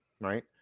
right